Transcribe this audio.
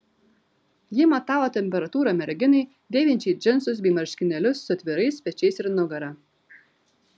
ji matavo temperatūrą merginai dėvinčiai džinsus bei marškinėlius su atvirais pečiais ir nugara